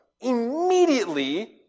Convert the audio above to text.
Immediately